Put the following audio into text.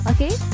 Okay